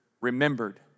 remembered